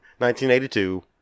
1982